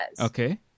Okay